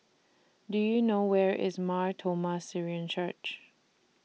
Do YOU know Where IS Mar Thoma Syrian Church